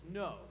no